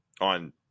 on